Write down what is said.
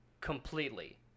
completely